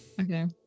Okay